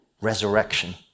resurrection